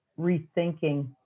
rethinking